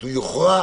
הוא יוכרע